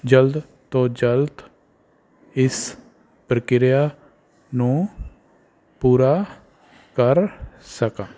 ਜਲਦੀ ਤੋਂ ਜਲਦੀ ਇਸ ਪ੍ਰਕਿਰਿਆ ਨੂੰ ਪੂਰਾ ਕਰ ਸਕਾਂ